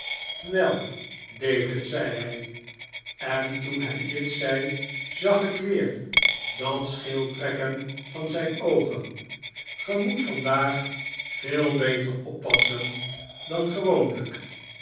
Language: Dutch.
wel david zei hij en toen hij dit zei zag ik weer dat scheeltrekken van zijn oogen ge moet vandaag veel beter oppassen dan gewoonlijk